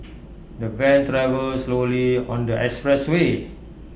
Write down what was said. the van travelled slowly on the expressway